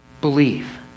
believe